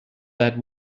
that